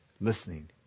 listening